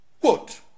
quote